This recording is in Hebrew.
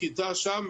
כיתה שם,